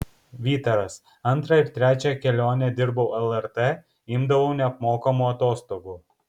vytaras antrą ir trečią kelionę dirbau lrt imdavau neapmokamų atostogų